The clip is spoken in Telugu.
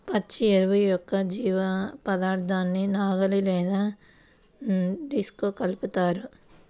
పచ్చి ఎరువు యొక్క జీవపదార్థాన్ని నాగలి లేదా డిస్క్తో కలుపుతారు